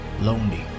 Lonely